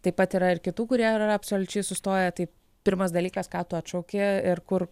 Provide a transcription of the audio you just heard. taip pat yra ir kitų kurie ir yra absoliučiai sustoję tai pirmas dalykas ką tu atšauki ir kur